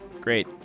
Great